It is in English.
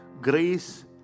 grace